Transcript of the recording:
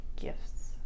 gifts